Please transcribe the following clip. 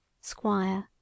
Squire